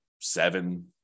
seven